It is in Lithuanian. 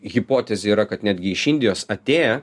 hipotezė yra kad netgi iš indijos atėję